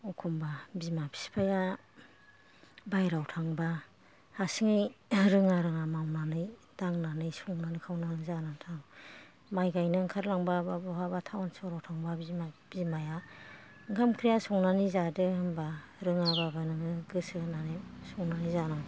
एखम्बा बिमा बिफाया बायहेरायाव थांब्ला हारसिङै रोङा रोङा मावनानै दांनानै संनानै खावनानै जानानै थां माइ गायनो ओंखारलांबा बा बहाबा टाउन सहर थांबा बिमा बिमाया ओंखाम ओंख्रिया संनानै जादो होनबा रोङाबाबो नोङो गोसो होनानै संनानै जानाङो